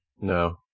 No